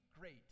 great